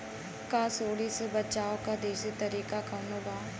का सूंडी से बचाव क देशी तरीका कवनो बा?